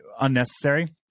unnecessary